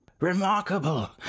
Remarkable